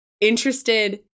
interested